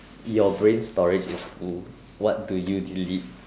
your brain storage is full what do you delete